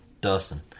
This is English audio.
Dustin